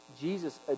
Jesus